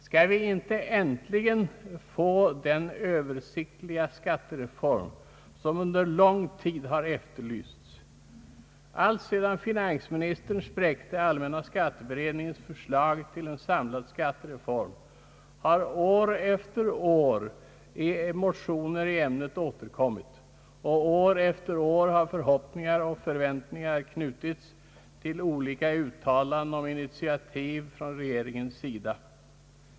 Skall vi inte äntligen få den översiktliga skattereform som under lång tid har efterlysts? Allt sedan finansministern spräckte allmänna skatteberedningens förslag till en samlad skattereform har år efter år motioner i ämnet återkommit, och år efter år har förhoppningar och förväntningar knutits till olika uttalanden om initiativ från regeringens sida.